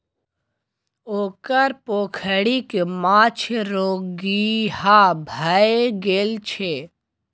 ओकर पोखरिक माछ रोगिहा भए गेल छै